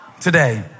today